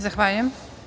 Zahvaljujem.